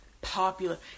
popular